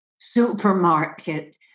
supermarket